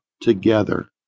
together